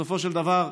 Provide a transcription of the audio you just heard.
בסופו של דבר,